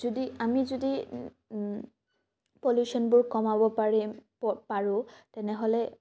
যদি আমি যদি প্যলুশ্যনবোৰ কমাব পাৰিম পাৰোঁ তেনেহ'লে